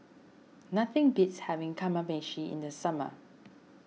nothing beats having Kamameshi in the summer